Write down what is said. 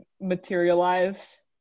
materialize